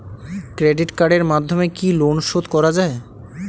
Credit কার্ডের মাধ্যমে কি লোন শোধ করা যায়?